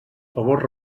favor